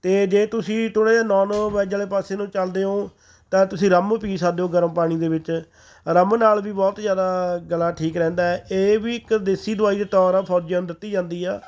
ਅਤੇ ਜੇ ਤੁਸੀਂ ਥੋੜ੍ਹਾ ਜਿਹਾ ਨੋਨ ਵੈੱਜ ਵਾਲੇ ਪਾਸੇ ਨੂੰ ਚਲਦੇ ਹੋ ਤਾਂ ਤੁਸੀਂ ਰੱਮ ਪੀ ਸਕਦੇ ਹੋ ਗਰਮ ਪਾਣੀ ਦੇ ਵਿੱਚ ਰੱਮ ਨਾਲ ਵੀ ਬਹੁਤ ਜ਼ਿਆਦਾ ਗਲਾ ਠੀਕ ਰਹਿੰਦਾ ਇਹ ਵੀ ਇੱਕ ਦੇਸੀ ਦਵਾਈ ਦੇ ਤੌਰ ਆ ਫੌਜੀਆਂ ਨੂੰ ਦਿੱਤੀ ਜਾਂਦੀ ਆ